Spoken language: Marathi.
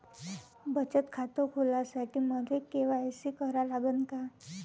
बचत खात खोलासाठी मले के.वाय.सी करा लागन का?